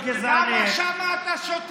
כי אנשים כמוך, להיות גזעני, למה שם אתה שותק?